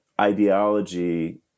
ideology